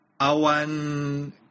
Awan